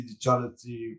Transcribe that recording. digitality